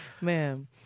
Man